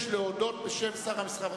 סעיף 36, משרד התעשייה, המסחר והתעסוקה,